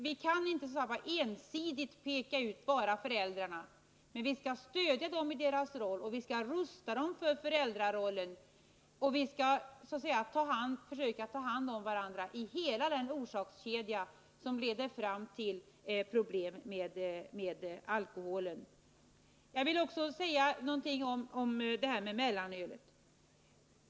Vi kan inte ensidigt peka ut bara föräldrarna, men vi skall stödja dem i deras roll och rusta dem för föräldrarollen. Vi skall ta hand om varandra i hela den orsakskedja som leder fram till problem med alkoholen. Jag vill också säga någonting om mellanölet.